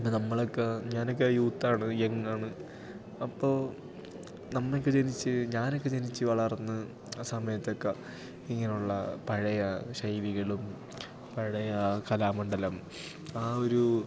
പിന്നെ നമ്മളൊക്കെ ഞാനൊക്കെ യൂത്താണ് യങ്ങാണ് അപ്പോൾ നമുക്ക് ജനിച്ച് ഞാനൊക്കെ ജനിച്ച് വളർന്ന് ആ സമയത്തൊക്കെ ഇങ്ങനെ ഉള്ള പഴയ ശൈലികളും പഴയ കലാമണ്ഡലം ആ ഒരൂ